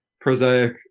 prosaic